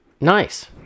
Nice